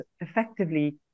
effectively